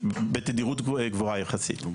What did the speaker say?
בתדירות גבוהה יחסית.